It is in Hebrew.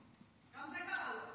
גם זה קרה לו.